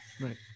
Right